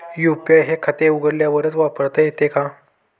UPI हे खाते उघडल्यावरच वापरता येते का?